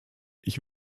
ich